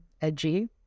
edgy